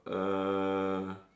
err